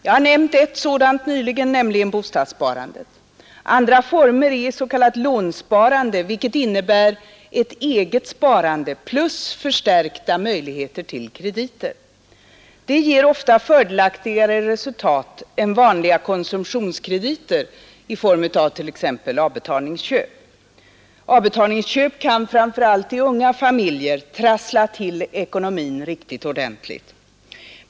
Jag har nämnt en sådan nyligen, nämligen bostadssparandet. En annan form är s.k. lånsparande, vilket innebär ett eget sparande plus förstärkta möjligheter till krediter. Den krediten är ofta fördelaktigare än vanliga konsumtionskrediter i form av t.ex. avbetalningsköp. Avbetalningsköp kan, framför allt i unga familjer, trassla till ekonomin riktigt ordentligt.